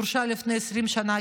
הורשע לפני 20 שנה,